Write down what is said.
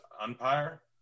umpire